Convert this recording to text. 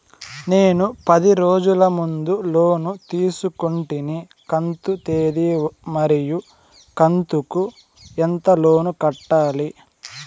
నేను పది రోజుల ముందు లోను తీసుకొంటిని కంతు తేది మరియు కంతు కు ఎంత లోను కట్టాలి?